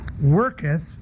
worketh